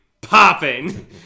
Popping